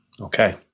Okay